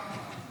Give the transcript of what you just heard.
מה עד 07:00?